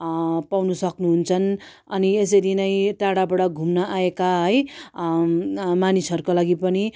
पाउनु सक्नु हुन्छ अनि यसरी नै टाडाबाट घुम्न आएका है मानिसहरूका लागि पनि